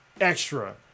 extra